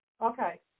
Okay